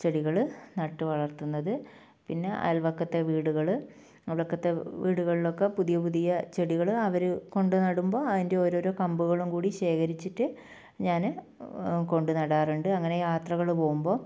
ചെടികൾ നട്ടുവളർത്തുന്നത് പിന്നെ അയൽവക്കത്തെ വീടുകൾ അയൽവക്കത്തെ വീടുകളിലൊക്കെ പുതിയ പുതിയ ചെടികൾ അവർ കൊണ്ട് നടുമ്പോൾ അതിൻ്റെ ഓരോരോ കമ്പുകളും കൂടി ശേഖരിച്ചിട്ട് ഞാൻ കൊണ്ട് നടാറുണ്ട് അങ്ങനെ യാത്രകൾ പോകുമ്പോൾ